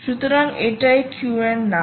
সুতরাংএটাই কিউয়ের নাম